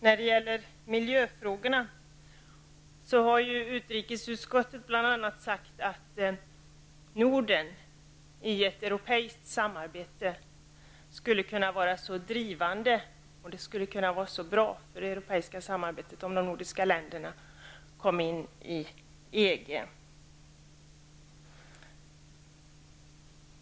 När det gäller miljöfrågorna har ju utrikesutskottet bl.a. sagt att Norden skulle kunna vara drivande i ett europeiskt samarbete och att det skulle vara bra för det europeiska samarbetet om de nordiska länderna kom in i EG.